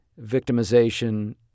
victimization